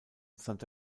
santa